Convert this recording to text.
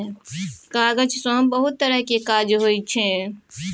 कागज सँ बहुत तरहक काज होइ छै